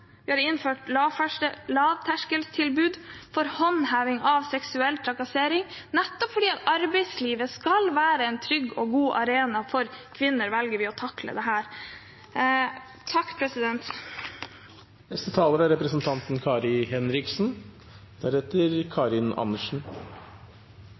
innført lavterskeltilbud for håndheving av forbudet mot seksuell trakassering. Nettopp fordi arbeidslivet skal være en trygg og god arena for kvinner, velger vi å takle dette. Noen ganger opplever jeg at talere som er